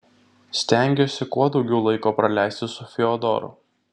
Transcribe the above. stengiuosi kuo daugiau laiko praleisti su fiodoru